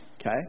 Okay